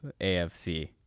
AFC